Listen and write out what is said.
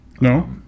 No